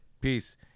peace